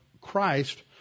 Christ